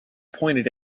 pointed